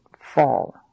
fall